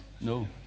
No